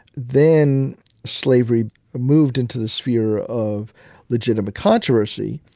then slavery moved into the sphere of legitimate controversy.